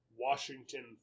Washington